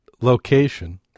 location